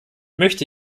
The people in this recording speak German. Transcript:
möchte